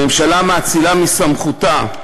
מאצילה מסמכותה,